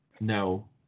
No